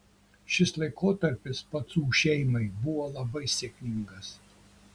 šis laikotarpis pacų šeimai buvo labai sėkmingas